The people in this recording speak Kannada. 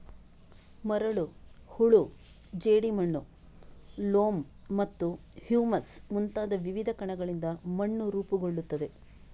ಮರಳು, ಹೂಳು, ಜೇಡಿಮಣ್ಣು, ಲೋಮ್ ಮತ್ತು ಹ್ಯೂಮಸ್ ಮುಂತಾದ ವಿವಿಧ ಕಣಗಳಿಂದ ಮಣ್ಣು ರೂಪುಗೊಳ್ಳುತ್ತದೆ